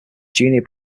junior